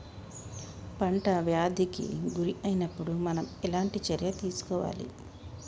పంట వ్యాధి కి గురి అయినపుడు మనం ఎలాంటి చర్య తీసుకోవాలి?